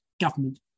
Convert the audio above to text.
government